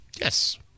Yes